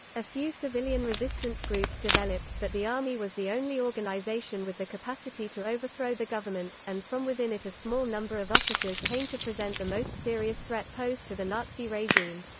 a few civilian resistance groups developed, but the army was the only organisation with the capacity to overthrow the government, and from within it a small number of officers came to present the most serious threat posed to the nazi regime.